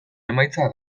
emaitza